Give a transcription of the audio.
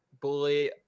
bully